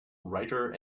writer